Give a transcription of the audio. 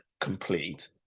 complete